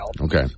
Okay